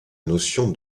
notion